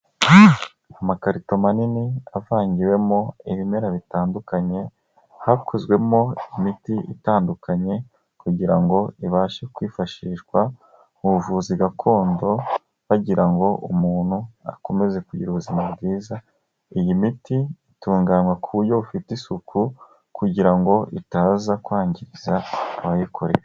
Amakarito manini avangiwemo ibimera bitandukanye, hakozwemo imiti itandukanye kugira ngo ibashe kwifashishwa mu buvuzi gakondo bagira ngo umuntu akomeze kugira ubuzima bwiza. Iyi miti itunganywa ku buryo bufite isuku kugira ngo itaza kwangiza abayikoresha.